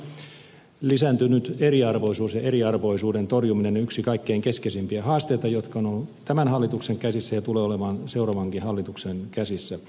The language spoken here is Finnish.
ajattelen että lisääntynyt eriarvoisuus ja eriarvoisuuden torjuminen on yksi niitä kaikkein keskeisimpiä haasteita joita on ollut tämän hallituksen käsissä ja tulee olemaan seuraavankin hallituksen käsissä